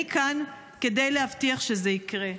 אני כאן כדי להבטיח שזה יקרה.